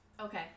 okay